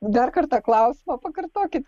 dar kartą klausimą pakartokit